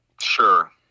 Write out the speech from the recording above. Sure